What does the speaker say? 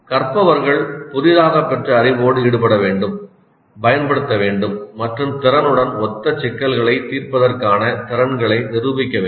கற்பவர்கள் புதிதாகப் பெற்ற அறிவோடு ஈடுபட வேண்டும் பயன்படுத்த வேண்டும் மற்றும் திறனுடன் ஒத்த சிக்கல்களைத் தீர்ப்பதற்கான திறன்களை நிரூபிக்க வேண்டும்